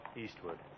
Eastwood